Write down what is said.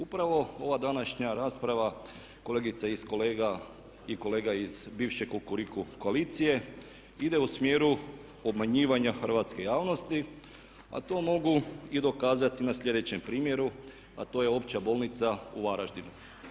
Upravo ova današnja rasprava kolegica i kolega iz bivše Kukuriku koalicije ide u smjeru obmanjivanja hrvatske javnosti, a to mogu i dokazati na sljedećem primjeru, a to je Opća bolnica u Varaždinu.